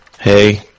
Hey